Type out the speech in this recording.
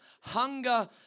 hunger